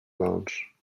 launch